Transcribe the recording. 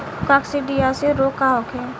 काकसिडियासित रोग का होखे?